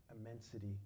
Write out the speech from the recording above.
immensity